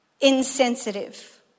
insensitive